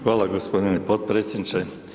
Hvala gospodine potpredsjedniče.